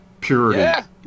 purity